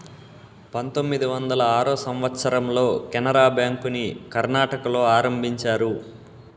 పంతొమ్మిది వందల ఆరో సంవచ్చరంలో కెనరా బ్యాంకుని కర్ణాటకలో ఆరంభించారు